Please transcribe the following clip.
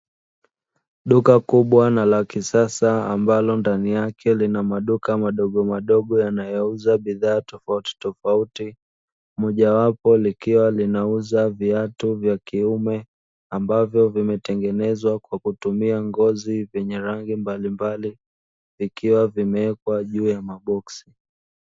Duka kubwa na la kisasa ambalo ndani yake lina maduka madogo madogo yanayouza bidhaa tofautitofauti, mojawapo likiwa linauza viatu vya kiume ambavyo vimetengenezwa kwa kutumia ngozi vyenye rangi mbalimbali vikiwa vimewekwa juu ya maboksi.